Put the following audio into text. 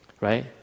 Right